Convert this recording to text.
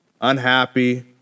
unhappy